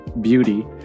Beauty